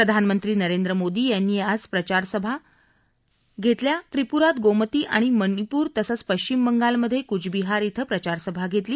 प्रधानमंत्री नरेंद्र मोदी यांनी आज प्रचारसभा आज त्रिपुरात गोमती आणि मणिपूर तसंच पश्चिम बंगालमधे कुचबिहार इथं प्रचारसभा घेतली